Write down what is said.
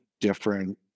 different